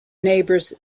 neighbors